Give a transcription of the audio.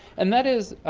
and that is,